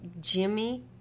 Jimmy